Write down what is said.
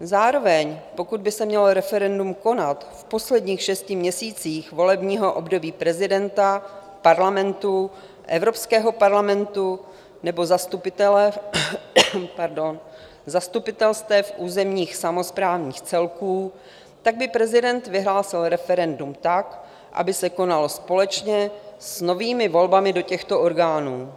Zároveň pokud by se mělo referendum konat v posledních šesti měsících volebního období prezidenta, Parlamentu, Evropského parlamentu nebo zastupitelstev územních samosprávních celků, tak by prezident vyhlásil referendum tak, aby se konalo společně s novými volbami do těchto orgánů.